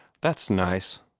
that's nice!